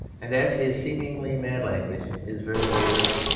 and as his seemingly mad language is very literary,